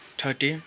thirty